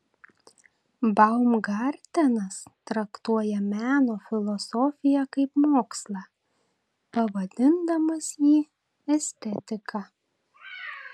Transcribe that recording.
baumgartenas traktuoja meno filosofiją kaip mokslą pavadindamas jį estetika